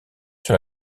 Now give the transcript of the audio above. sur